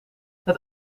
het